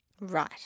Right